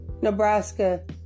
Nebraska